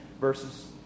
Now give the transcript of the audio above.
Verses